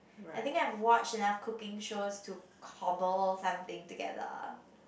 I think I've watched enough cooking shows to cobble something together